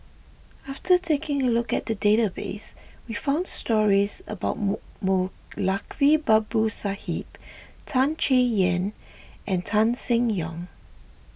after taking a look at the database we found stories about Moulavi Babu Sahib Tan Chay Yan and Tan Seng Yong